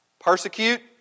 persecute